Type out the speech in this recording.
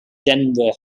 denver